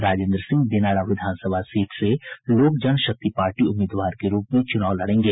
राजेंद्र सिंह दिनारा विधानसभा सीट से लोक जनशक्ति पार्टी उम्मीदवार के रूप में चूनाव लड़ेंगे